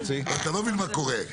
אתה לא מבין מה קורה?